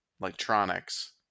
electronics